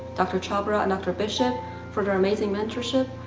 dr. chhabra, and dr. bishop for their amazing mentorship.